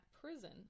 prison